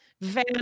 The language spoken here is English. Van